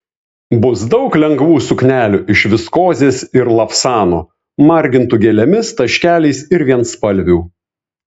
bus daug lengvų suknelių iš viskozės ir lavsano margintų gėlėmis taškeliais ir vienspalvių